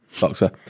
Boxer